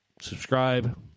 subscribe